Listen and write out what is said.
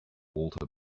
walter